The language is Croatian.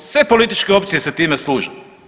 Sve političke opcije se time služe.